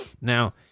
Now